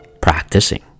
Practicing